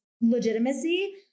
legitimacy